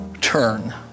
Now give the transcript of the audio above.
turn